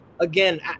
Again